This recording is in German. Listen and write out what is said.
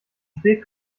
spät